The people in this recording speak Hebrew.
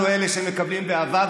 אנחנו אלה שמקבלים באהבה,